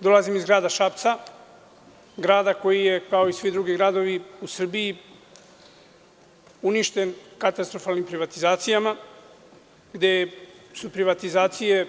Dolazim iz grada Šapca, grada koji je, kao i svi drugi gradovi u Srbiji, uništen katastrofalnim privatizacijama, gde su privatizacije